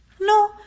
No